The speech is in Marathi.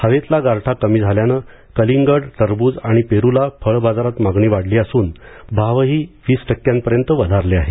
हवेतला गारठा कमी झाल्यानं कलिंगड टरबूज आणि पेरूला फळ बाजारात मागणी वाढली असून भावही वीस टक्क्यांपर्यंत वधारले आहेत